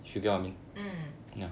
mm